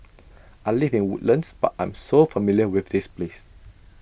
I live in Woodlands but I'm so familiar with this place